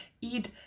eat